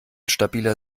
stabiler